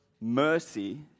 mercy